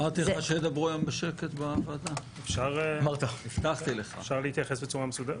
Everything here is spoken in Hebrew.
אפשר להתייחס בצורה מסודרת.